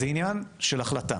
זה עניין של החלטה,